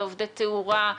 עובדי תאורה,